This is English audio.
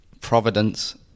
Providence